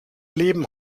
leben